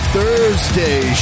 Thursday